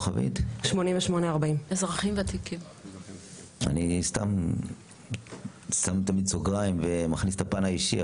אני שם תמיד סוגריים, ומכניס את הפן האישי.